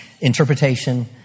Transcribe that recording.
interpretation